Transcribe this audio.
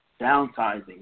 downsizing